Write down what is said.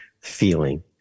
feeling